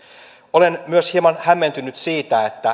olen myös hieman hämmentynyt siitä